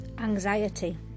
Anxiety